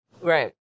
Right